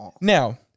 Now